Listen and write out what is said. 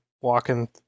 walking